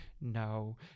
no